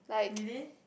really